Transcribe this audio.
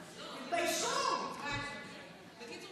טיבי, בבקשה.